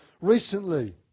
recently